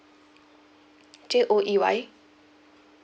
J O E Y